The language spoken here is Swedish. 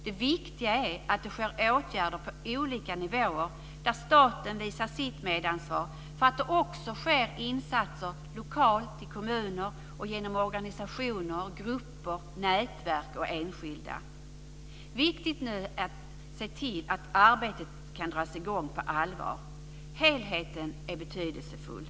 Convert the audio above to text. Det viktiga är att det sker åtgärder på olika nivåer där staten visar sitt medansvar för att det också sker insatser lokalt i kommuner och genom organisationer, grupper, nätverk och enskilda. Viktigt nu är att se till att arbetet kan dras i gång på allvar. Helheten är betydelsefull.